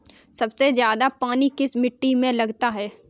सबसे ज्यादा पानी किस मिट्टी में लगता है?